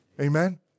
Amen